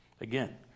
again